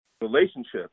Relationships